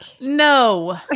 No